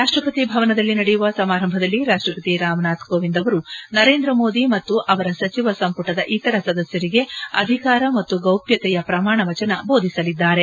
ರಾಷ್ಟ್ರಪತಿ ಭವನದಲ್ಲಿ ನಡೆಯುವ ಸಮಾರಂಭದಲ್ಲಿ ರಾಷ್ಟಪತಿ ರಾಮನಾಥ್ ಕೋವಿಂದ್ ಅವರು ನರೇಂದ್ರ ಮೋದಿ ಮತ್ತು ಅವರ ಸಚಿವ ಸಂಪುಟದ ಇತರ ಸದಸ್ಯರಿಗೆ ಅಧಿಕಾರ ಮತ್ತು ಗೌಪ್ಯತೆಯ ಪ್ರಮಾಣವಚನ ಬೋಧಿಸಲಿದ್ದಾರೆ